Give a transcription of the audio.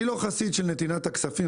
אני לא חסיד של נתינת הכספים,